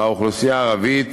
באוכלוסייה הערבית